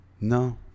No